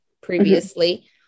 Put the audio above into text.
previously